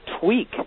tweak